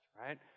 right